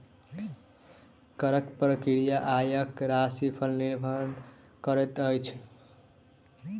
करक प्रक्रिया आयक राशिपर निर्भर करैत अछि